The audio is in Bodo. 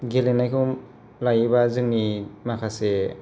गेलेनायखौ लायोबा जोंनि माखासे